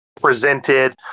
presented